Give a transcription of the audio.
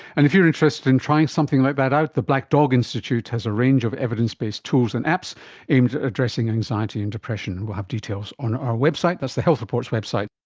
and if you're interested in trying something like that out, the black dog institute has a range of evidence-based tools and apps addressing anxiety and depression. we'll have details on our website, that's the health report's website.